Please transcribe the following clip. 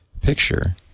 picture